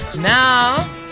Now